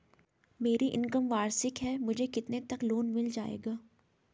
मेरी इनकम वार्षिक है मुझे कितने तक लोन मिल जाएगा?